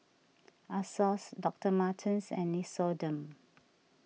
Asos Doctor Martens and Nixoderm